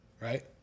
right